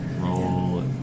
Roll